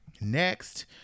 next